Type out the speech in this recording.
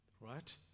Right